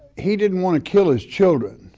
he didn't wanna kill his children.